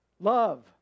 Love